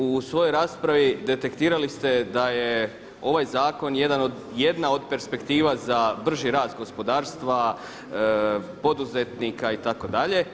U svojoj raspravi detektirali ste da je ovaj zakon jedna od perspektiva za brži rast gospodarstva, poduzetnika itd.